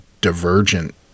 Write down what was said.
divergent